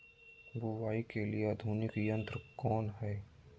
बुवाई के लिए आधुनिक यंत्र कौन हैय?